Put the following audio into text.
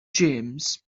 james